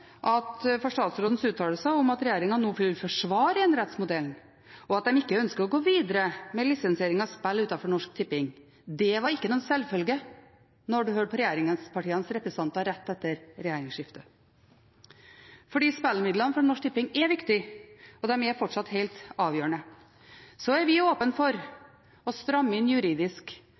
statsrådens uttalelser om at regjeringen nå vil forsvare enerettsmodellen, og at en ikke ønsker å gå videre med lisensiering av spill utenfor Norsk Tipping. Det var ikke en selvfølgelig da en hørte på regjeringspartienes representanter rett etter regjeringsskiftet. For spillmidlene fra Norsk Tipping er viktige, og de er fortsatt helt avgjørende. Så er vi